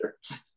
sure